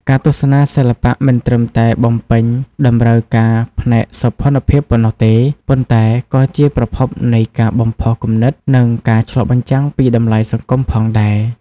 ការទស្សនាសិល្បៈមិនត្រឹមតែបំពេញតម្រូវការផ្នែកសោភ័ណភាពប៉ុណ្ណោះទេ ប៉ុន្តែក៏ជាប្រភពនៃការបំផុសគំនិត និងការឆ្លុះបញ្ចាំងពីតម្លៃសង្គមផងដែរ។